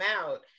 out